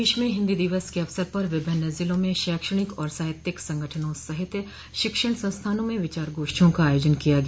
प्रदेश में हिन्दी दिवस क अवसर पर विभिन्न ज़िलों में शैक्षणिक और साहित्यिक संगठनों सहित शिक्षण संस्थानों में विचार गोष्ठियों का आयोजन किया गया